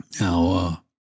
Now